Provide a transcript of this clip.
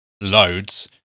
loads